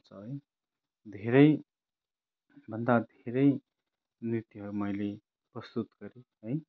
पर्छ है धेरैभन्दा धेरै नृत्य मैले प्रस्तुत गरेँ है